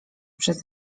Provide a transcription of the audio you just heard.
przez